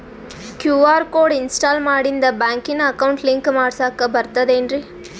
QR code install ಮಾಡಿಂದ ಬ್ಯಾಂಕಿನ account link ಮಾಡಸ್ಲಾಕ ಬರ್ತದೇನ್ರಿ